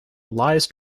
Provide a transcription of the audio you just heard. lies